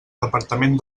departament